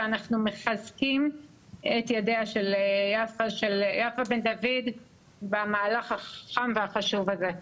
ואנחנו מחזקים את ידיה של יפה בן דוד במהלך החכם והחשוב הזה.